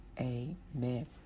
Amen